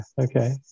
okay